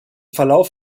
verlauf